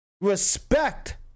respect